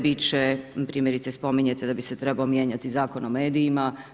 Biti će primjerice spominjete da bi se trebao mijenjati Zakon o medijima.